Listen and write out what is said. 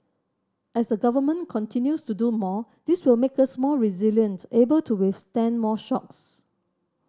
as the Government continues to do more this will make us more resilient able to withstand more shocks